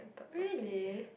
really